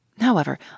However